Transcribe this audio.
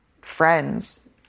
friends